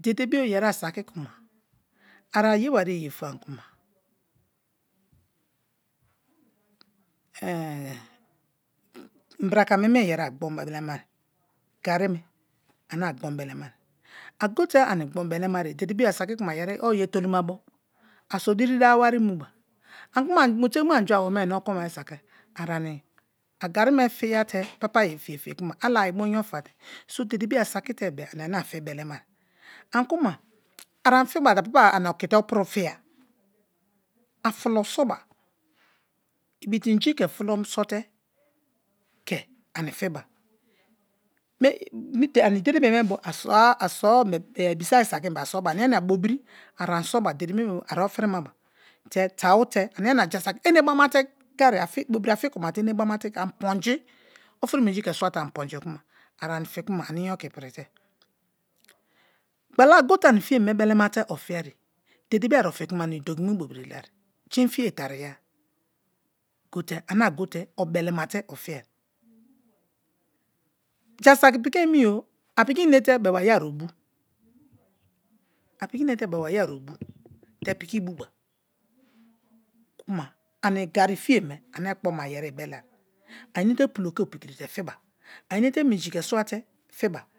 Dede bio yeri asaki kuma a aye wari ye ye fama kuma inbraka me ane yeri a gbon belema lamare gari me ane agbon belemai a go te ani gbo belema dede bio asaki kuma yeri owu ye toluma bo aso diri dava wari mula ani kuma a mu te mu ani anga aroome aa ekwen bari saki a gari me fiya te papa ye fim bebee ala inyo i ta te so dede bio a saki bebe ani ane a fi belema ani kuma a ani fiba te a papa ani oki te opuru fiye a fulo so ba ibite miji ke fulo so te be ani fiba ani dede bio me bo aso-a bebee, a ibisaki sakim be-e asoba ania-nia bobiri a ani so ba dede me bio a ofirima ba te tau te jasaki enebamate gari bobiri afi ko mate enema te ani ponji ofri minji ke swate ani ponji kuma a aṅ fi kuma ani inyo ke iprite gbala ago te ani fiye me belema te ofiye ye dede bo ofi kuma ani idoki mu bobiri lai jein fiye itariya go ane agote obelema te o fiye jasaki piki omi o a piki inete be-eba ye a obu a piki inete beba ye a obu te piki buba kuma ani gari fiye me ane kpoma yeri ibeleye a inete pulo ke opikri fe fiba a inete minji ke swate fiba.